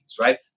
right